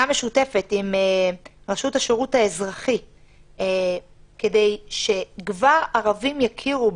משותפת עם רשות השירות האזרחי כדי שכבר ערבים יכירו,